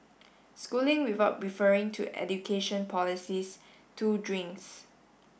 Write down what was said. schooling without referring to education policies two drinks